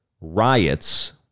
Riots